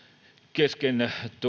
kesken